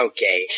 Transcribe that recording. Okay